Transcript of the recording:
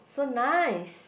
so nice